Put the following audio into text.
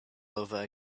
over